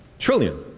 trillion.